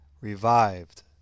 revived